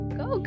go